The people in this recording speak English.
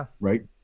right